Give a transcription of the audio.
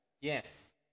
Yes